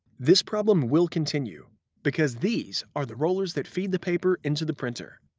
this problem will continue because these are the rollers that feed the paper into the printer.